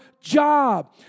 job